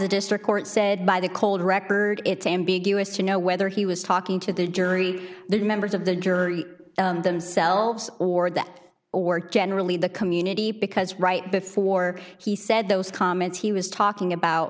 district court said by the cold record it's ambiguous to know whether he was talking to the jury the members of the jury themselves or that were generally the community because right before he said those comments he was talking about